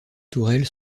tourelles